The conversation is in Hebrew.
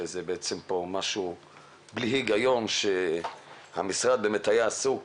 זה משהו בלי היגיון שהמשרד היה עסוק